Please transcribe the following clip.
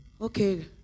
Okay